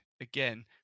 again